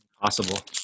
Possible